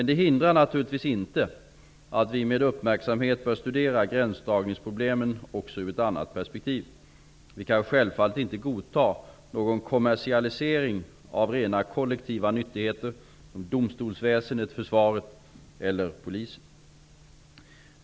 Det hindrar naturligtvis inte att vi med uppmärksamhet bör studera gränsdragningsproblemen också ur ett annat perspektiv. Vi kan självfallet inte godta någon kommersialisering av rent kollektiva nyttigheter som domstolsväsendet, försvaret eller Polisen.